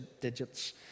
digits